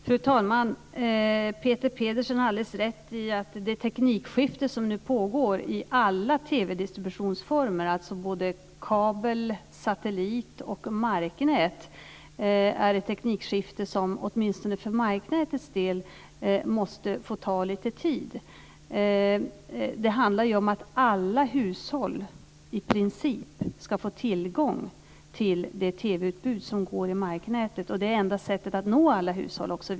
Fru talman! Peter Pedersen har alldeles rätt i att det teknikskifte som nu pågår i alla TV distributionsformer, alltså både kabel, satellit och marknät, åtminstone för marknätets del måste få ta lite tid. Det handlar om att i princip alla hushåll ska få tillgång till det TV-utbud som går i marknätet, och det är enda sättet att nå alla hushåll.